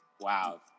Wow